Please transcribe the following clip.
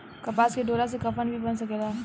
कपास के डोरा से कफन भी बन सकेला